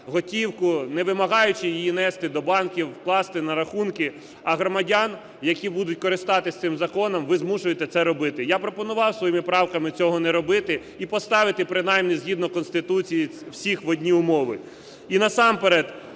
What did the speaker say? готівку, не вимагаючи її нести до банків, класти на рахунки, а громадян, які будуть користуватися цим законом, ви змушуєте це робити. Я пропонував своїми правками цього не робити і поставити принаймні згідно Конституції всіх в одні умови. І насамперед,